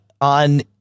on